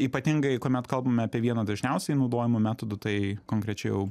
ypatingai kuomet kalbame apie vieną dažniausiai naudojamų metodų tai konkrečiai jau